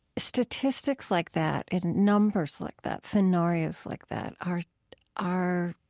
statistics like that and numbers like that, scenarios like that, are are